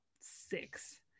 six